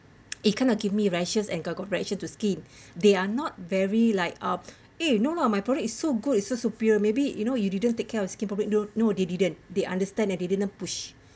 it kind of give me rashes and got got rashes to skin they are not very like uh eh no lah my product is so good it's so superior maybe you know you didn't take care of your skin probably no no they didn't they understand and they didn't push